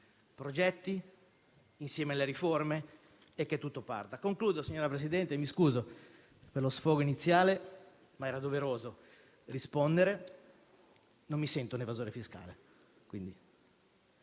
progetti, insieme alle riforme, e serve che tutto parta. Signora Presidente, mi scuso per lo sfogo iniziale, ma era doveroso rispondere: non mi sento un evasore fiscale.